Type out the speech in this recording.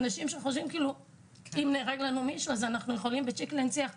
אנשים חושבים שאם נהרג מישהו אז אפשר להנציח מיד.